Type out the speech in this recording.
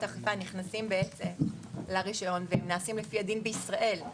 האכיפה נכנסים לרישיון ונעשים לפי הדין בישראל.